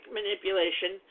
manipulation